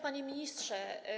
Panie Ministrze!